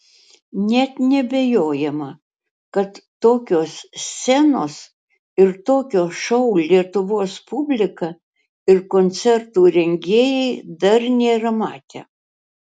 net neabejojama kad tokios scenos ir tokio šou lietuvos publika ir koncertų rengėjai dar nėra matę